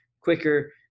quicker